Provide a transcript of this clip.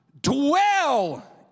dwell